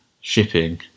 shipping